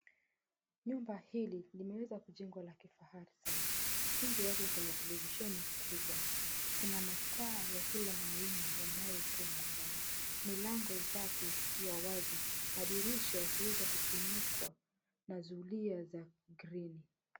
Jumba hli limeweza kujengwa la kifahari sana. Nje yake kuna televisheni kubwa. Kuna mataa ya kila aina yanayotoa mwangaza milango zake zikiwa wazi, madirisha yakiweza kufinikwa na zulia za green .